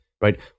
right